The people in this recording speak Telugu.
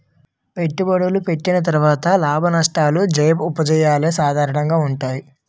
పెట్టుబడులు పెట్టిన తర్వాత లాభనష్టాలు జయాపజయాలు సాధారణంగా ఉంటాయి